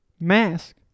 Mask